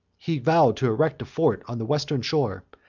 he vowed to erect a fort on the western shore,